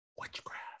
witchcraft